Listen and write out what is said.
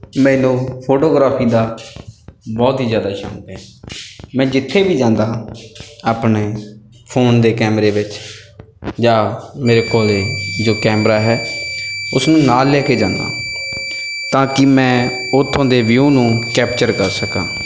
ਮੈਨੂੰ ਫੋਟੋਗ੍ਰਾਫੀ ਦਾ ਬਹੁਤ ਹੀ ਜ਼ਿਆਦਾ ਸ਼ੌਕ ਹੈ ਮੈਂ ਜਿੱਥੇ ਵੀ ਜਾਂਦਾ ਹਾਂ ਆਪਣੇ ਫੋਨ ਦੇ ਕੈਮਰੇ ਵਿੱਚ ਜਾ ਮੇਰੇ ਕੋਲ ਜੋ ਕੈਮਰਾ ਹੈ ਉਸਨੂੰ ਨਾਲ ਲੈ ਕੇ ਜਾਂਦਾ ਤਾਂ ਕਿ ਮੈਂ ਉੱਥੋਂ ਦੇ ਵਿਊ ਨੂੰ ਕੈਪਚਰ ਕਰ ਸਕਾਂ